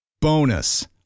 Bonus